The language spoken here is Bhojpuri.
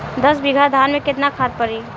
दस बिघा धान मे केतना खाद परी?